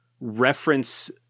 reference